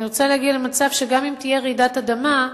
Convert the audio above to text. אני רוצה להגיע למצב שגם אם תהיה רעידת אדמה,